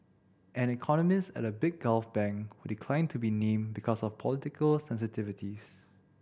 an economist at a big Gulf bank who declined to be named because of political sensitivities